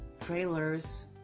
trailers